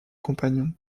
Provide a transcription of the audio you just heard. compagnons